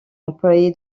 employé